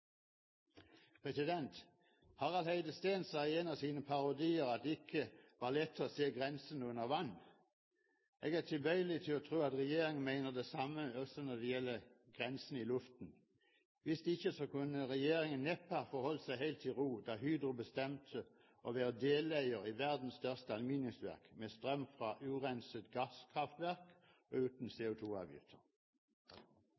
kongehuset. Harald Heide-Steen sa i en av sine parodier at det ikke var lett å se grensen under vann. Jeg er tilbøyelig til å tro at regjeringen mener det samme også når det gjelder grensen i luften. Hvis ikke kunne regjeringen neppe ha forholdt seg helt i ro da Hydro bestemte å være deleier i verdens største aluminiumsverk, med strøm fra urenset gasskraftverk og uten